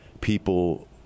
people